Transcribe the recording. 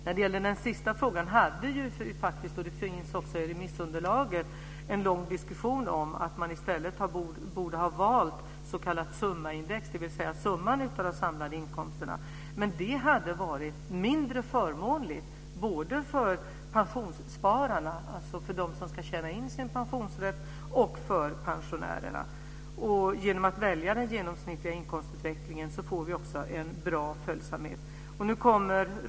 När det gäller den sista frågan hade vi faktiskt - och det finns också i remissunderlaget - en lång diskussion om att man i stället borde ha valt ett s.k. summaindex, dvs. summan av de samlade inkomsterna. Men det hade varit mindre förmånligt för både pensionsspararna - de som ska tjäna in sin pensionsrätt - och pensionärerna. Genom att välja en genomsnittlig inkomstutveckling får vi också en bra följsamhet.